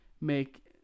make